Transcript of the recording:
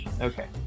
okay